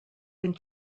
been